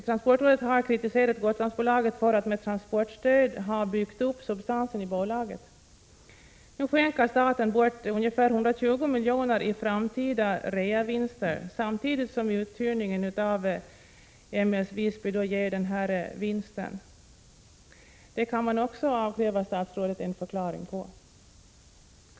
Transportrådet har kritiserat Gotlandsbolaget för att med transportstöd ha byggt upp substansen i bolaget. Nu skänker staten bort ungefär 120 milj.kr. i framtida reavinster, samtidigt som uthyrningen av M/S Visby ger bolaget en vinst. Också när det gäller detta kan man avkräva statsrådet en förklaring.